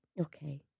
Okay